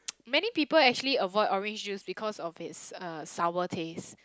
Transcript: many people actually avoid orange juice because of it's uh sour taste